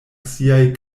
siaj